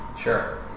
Sure